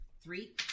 Three